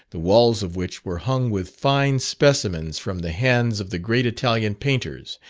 the walls of which were hung with fine specimens from the hands of the great italian painters,